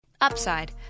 Upside